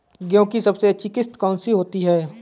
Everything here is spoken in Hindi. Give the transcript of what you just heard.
गेहूँ की सबसे अच्छी किश्त कौन सी होती है?